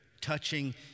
touching